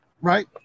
Right